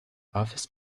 office